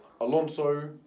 Alonso